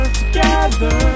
together